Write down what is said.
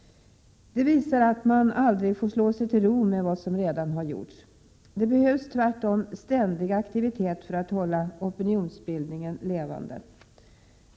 Det visar att man aldrig får slå sig till ro med vad som redan har gjorts. Det behövs tvärtom ständig aktivitet för att hålla opinionsbildningen levande.